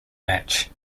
match